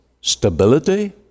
stability